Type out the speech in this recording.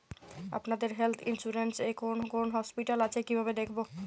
আপনাদের health insurance এ কোন কোন হসপিটাল আছে কিভাবে দেখবো?